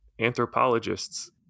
anthropologists